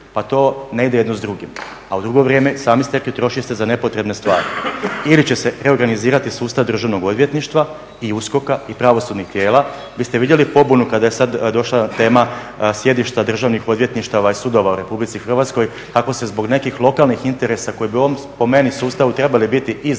pa to ne ide jedno s drugim. A u drugo vrijeme sami ste rekli troši se za nepotrebne stvari ili će se reorganizirati sustav Državnog odvjetništva i USKOK-a i pravosudnih tijela. Vi ste vidjeli pobunu kada je sada došla tema sjedišta državnih odvjetništava i sudova u RH kako se zbog nekih lokalnih interesa koji bi po meni u ovom sustavu trebali biti iznad